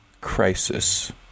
Crisis